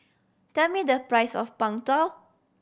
tell me the price of Png Tao